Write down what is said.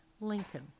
Lincoln